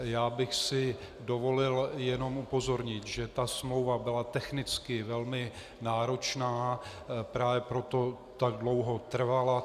Já bych si dovolil jenom upozornit, že ta smlouva byla technicky velmi náročná, právě proto tak dlouho jednání trvala.